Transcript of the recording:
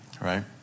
right